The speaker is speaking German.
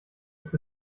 ist